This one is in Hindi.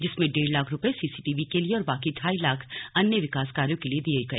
जिसमें डेड़ लाख रूपये सीसीटीवी के लिए और बाकी ढाई लाख अन्य विकास कार्यों के लिए दिए गए